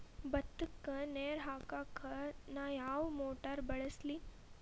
ಭತ್ತಕ್ಕ ನೇರ ಹಾಕಾಕ್ ನಾ ಯಾವ್ ಮೋಟರ್ ಬಳಸ್ಲಿ?